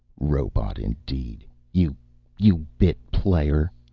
robot indeed, you you bit-player!